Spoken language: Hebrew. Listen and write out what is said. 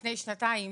לפני שנתיים,